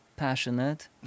Passionate